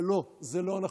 אבל לא, זה לא נכון.